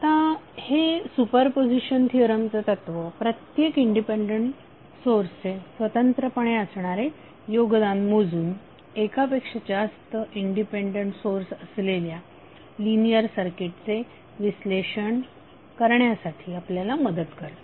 आता हे superposition theorem तत्त्व प्रत्येक इंडिपेंडंट सोर्सचे स्वतंत्रपणे असणारे योगदान मोजून एकापेक्षा जास्त इंडिपेंडंट सोर्स असलेल्या लिनियर सर्किटचे विश्लेषण करण्यासाठी आपल्याला मदत करते